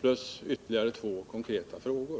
Dessutom ställde jag ytterligare två konkreta frågor.